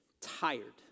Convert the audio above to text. tired